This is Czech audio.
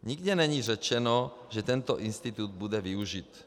Nikde není řečeno, že tento institut bude využit.